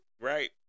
Right